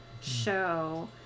show